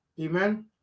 Amen